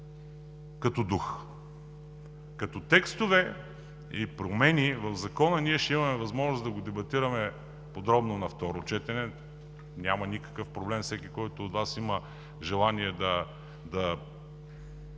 като дух. Като текстове и промени в Закона ние ще имаме възможност да го дебатираме подробно на второ четене. Няма никакъв проблем всеки от Вас, който има желание, да